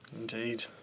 indeed